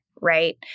Right